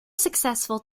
successful